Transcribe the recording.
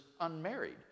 unmarried